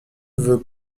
veut